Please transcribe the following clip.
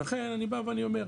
לכן אני בא ואומר,